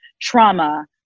trauma